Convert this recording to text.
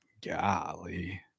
golly